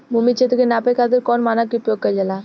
भूमि क्षेत्र के नापे खातिर कौन मानक के उपयोग कइल जाला?